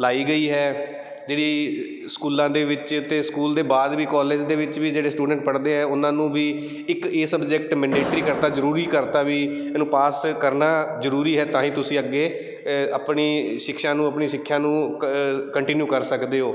ਲਾਈ ਗਈ ਹੈ ਜਿਹੜੀ ਸਕੂਲਾਂ ਦੇ ਵਿੱਚ ਅਤੇ ਸਕੂਲ ਦੇ ਬਾਅਦ ਵੀ ਕਾਲਜ ਦੇ ਵਿੱਚ ਵੀ ਜਿਹੜੇ ਸਟੂਡੈਂਟ ਪੜ੍ਹਦੇ ਆ ਉਹਨਾਂ ਨੂੰ ਵੀ ਇੱਕ ਇਹ ਸਬਜੈਕਟ ਮੈਂਡੇਟਰੀ ਕਰਤਾ ਜ਼ਰੂਰੀ ਕਰਤਾ ਵੀ ਇਹਨੂੰ ਪਾਸ ਕਰਨਾ ਜ਼ਰੂਰੀ ਹੈ ਤਾਂ ਹੀ ਤੁਸੀਂ ਅੱਗੇ ਆਪਣੀ ਸ਼ਿਕਸ਼ਾ ਨੂੰ ਆਪਣੀ ਸਿੱਖਿਆ ਨੂੰ ਕੰਟੀਨਿਊ ਕਰ ਸਕਦੇ ਹੋ